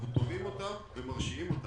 אנחנו תובעים אותן ומרשיעים אותן.